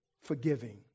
forgiving